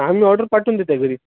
आम्ही ऑर्डर पाठवून देतोय घरी